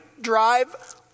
drive